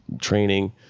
training